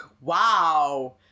wow